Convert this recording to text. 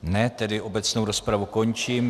Ne, tedy obecnou rozpravu končím.